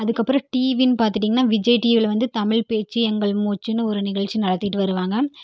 அதுக்கப்புறம் டீவினு பார்த்துகிட்டிங்னா விஜய் டீவியில் வந்து தமிழ் பேச்சு எங்கள் மூச்சுனு ஒரு நிகழ்ச்சி நடத்திக்கிட்டு வருவாங்க